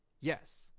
Yes